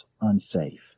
unsafe